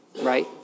right